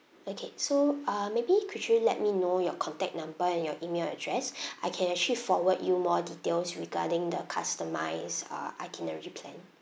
okay so uh maybe could you let me know your contact number and your email address I can actually forward you more details regarding the customised uh itinerary plan